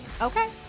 Okay